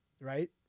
right